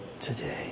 today